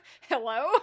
hello